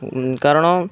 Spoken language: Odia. କାରଣ